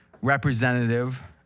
representative